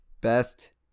Best